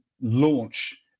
launch